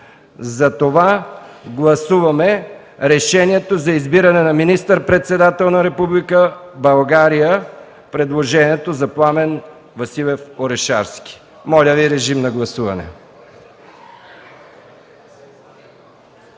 Затова гласуваме решението за избиране на министър-председател на Република България. Предложението е за Пламен Василев Орешарски. Моля, гласувайте.